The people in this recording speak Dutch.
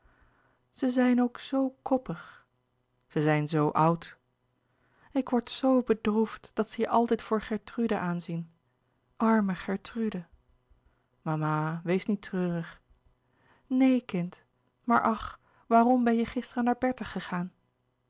ze zijn ook zoo koppig ze zijn zoo oud ik word zoo bedroefd dat ze je altijd voor gertrude aanzien arme gertrude mama wees niet treurig neen kind maar ach waarom ben je gisteren naar bertha gegaan